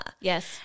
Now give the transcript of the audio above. Yes